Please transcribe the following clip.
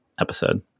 episode